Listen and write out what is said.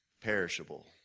perishable